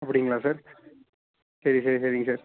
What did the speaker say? அப்படிங்களா சார் சரி சரி சரிங்க சார்